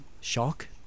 shock